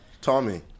Tommy